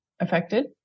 affected